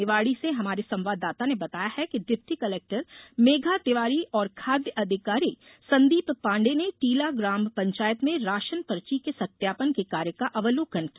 निवाड़ी से हमारे संवाददाता ने बताया है कि डिप्टी कलेक्टर मेघा तिवारी और खाद्य अधिकारी संदीप पांडे ने टीला ग्राम पंचायत में राशन पर्ची के सत्यापन के कार्य का अवलोकन किया